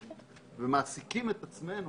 ומעסיקים את עצמנו